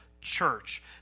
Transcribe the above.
church